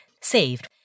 saved